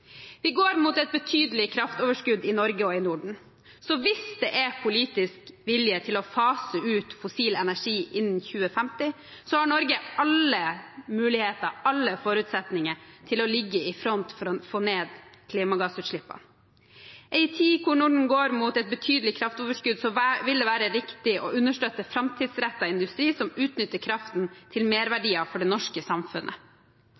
Vi går mot et betydelig kraftoverskudd i Norge og i Norden, så hvis det er politisk vilje til å fase ut fossil energi innen 2050, har Norge alle muligheter, alle forutsetninger, til å ligge i front for å få ned klimagassutslippene. I en tid hvor Norden går mot et betydelig kraftoverskudd, vil det være riktig å understøtte framtidsrettet industri som utnytter kraften til merverdier for det norske samfunnet.